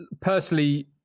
personally